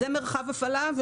זה מרחב הפעלה.